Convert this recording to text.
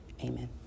Amen